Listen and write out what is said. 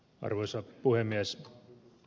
arvoisa puhemies